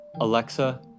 Alexa